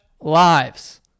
lives